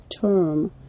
term